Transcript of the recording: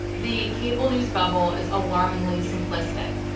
the cable news bubble is alarmingly simplistic.